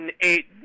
eight